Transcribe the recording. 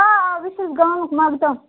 آ آ بہٕ چھَس گامُک مقدَم